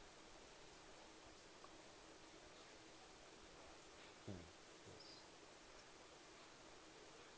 mm yes